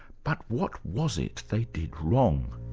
but what was it they did wrong?